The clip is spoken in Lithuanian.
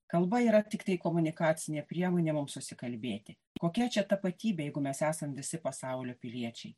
kalba yra tiktai komunikacinė priemonė mum susikalbėti kokia čia tapatybė jeigu mes esam visi pasaulio piliečiai